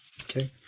Okay